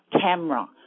camera